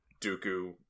dooku